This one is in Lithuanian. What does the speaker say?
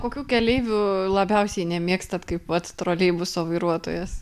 kokių keleivių labiausiai nemėgstat kai pats troleibuso vairuotojas